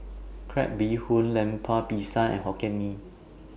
Crab Bee Hoon Lemper Pisang and Hokkien Mee